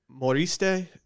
Moriste